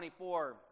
24